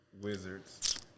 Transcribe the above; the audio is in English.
Wizards